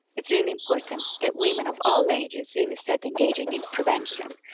it's really important that women of all ages really start engaging in prevention,